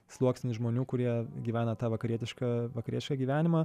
sluoksnis žmonių kurie gyvena tą vakarietišką vakarietišką gyvenimą